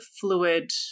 fluid